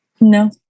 No